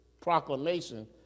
proclamation